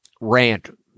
rant